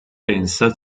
pensa